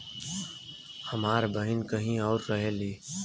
हमार बहिन कहीं और रहेली